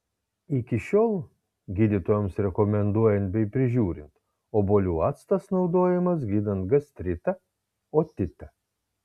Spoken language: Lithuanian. iki šiol gydytojams rekomenduojant bei prižiūrint obuolių actas naudojamas gydant gastritą otitą